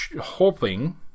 hoping